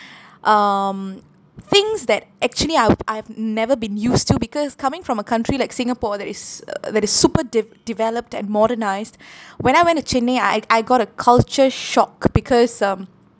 um things that actually I've I've never been used to because coming from a country like singapore that is uh uh that is super dev~ developed and modernised when I went to chennai I I got a culture shock because um